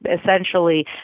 essentially